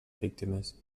víctimes